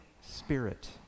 spirit